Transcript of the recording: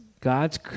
God's